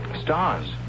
stars